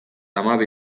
hamabi